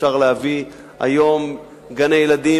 אפשר להביא היום גני-ילדים